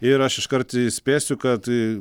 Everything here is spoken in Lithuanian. ir aš iškart įspėsiu kad